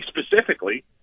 specifically